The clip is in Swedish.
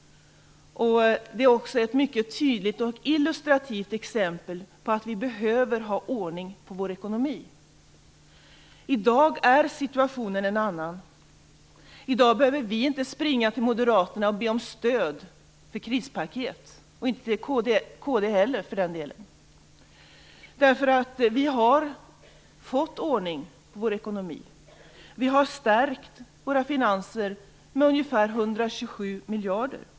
Det är också ett mycket illustrativt exempel på att vi behöver ha ordning på vår ekonomi. I dag är situationen en annan. I dag behöver vi inte springa till Moderaterna och be om stöd till krispaket, inte till Kristdemokraterna heller för den delen. Vi har fått ordning på vår ekonomi. Vi har stärkt våra finanser med ungefär 127 miljarder.